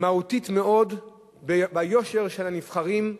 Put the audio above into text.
מהותית מאוד ביושר של הנבחרים,